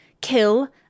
kill